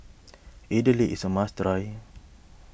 Idili is a must try